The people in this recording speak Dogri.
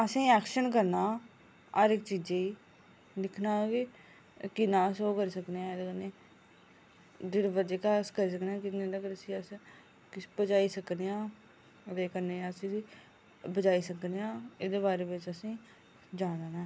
असें ऐक्शन करना हर चीजै ई दिक्खना केह् किन्ना अस ओह् करी सकनें आं एह्दे कन्नै जेह्का अस करी सकनेंआं अस उसी किश पुजाई सकनेंआं ओह्दे कन्नै अस बी बजाई सकनें आं एह्दे बारै बिच असें जानना ऐ